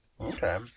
Okay